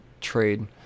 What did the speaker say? trade